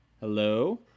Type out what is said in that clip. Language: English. hello